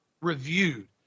reviewed